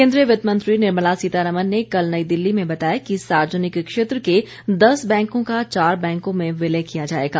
केन्द्रीय वित्तमंत्री निर्मला सीतारामन ने कल नई दिल्ली में बताया कि सार्वजनिक क्षेत्र के दस बैंकों का चार बैंकों में विलय किया जाएगा